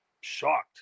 shocked